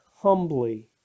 humbly